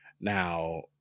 Now